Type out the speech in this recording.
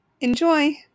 Enjoy